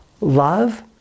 Love